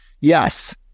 yes